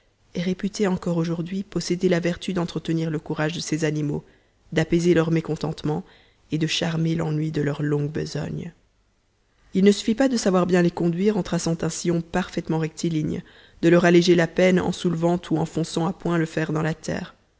est réputé encore aujourd'hui posséder la vertu d'entretenir le courage de ces animaux d'apaiser leurs mécontentements et de charmer l'ennui de leur longue besogne il ne suffit pas de savoir bien les conduire en traçant un sillon parfaitement rectiligne de leur alléger la peine en soulevant ou enfonçant à point le fer dans la terre